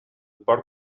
porc